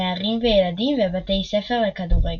נערים וילדים ובתי ספר לכדורגל.